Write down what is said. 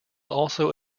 also